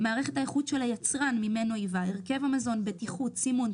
נושא נוסף שיש הוא תקנים רשמיים, תקני המזון.